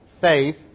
faith